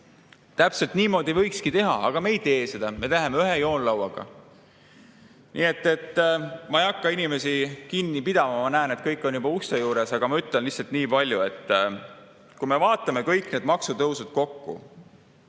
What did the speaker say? täpselt niimoodi võikski teha, aga me ei tee seda. Me teeme ühe joonlauaga. Nii et ma ei hakka inimesi kauem kinni pidama. Ma näen, et kõik on juba ukse juures. Aga ma ütlen lihtsalt nii palju, et kui me vaatame kõiki neid maksutõuse koos